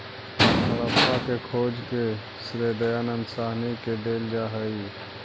हड़प्पा के खोज के श्रेय दयानन्द साहनी के देल जा हई